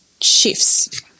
shifts